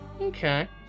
Okay